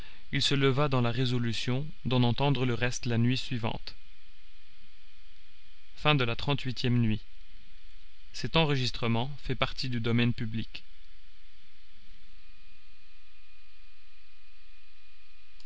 il se leva dans la résolution d'en entendre le reste la nuit suivante xxxix nuit